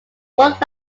walk